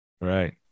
Right